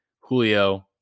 Julio